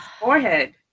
forehead